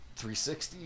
360